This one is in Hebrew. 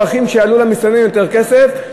דרכים שיעלו למסתננים יותר כסף,